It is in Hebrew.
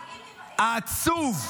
עצוב.